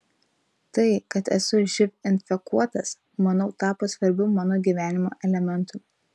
tai kad esu živ infekuotas manau tapo svarbiu mano gyvenimo elementu